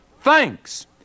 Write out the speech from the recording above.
thanks